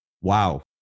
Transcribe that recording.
wow